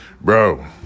Bro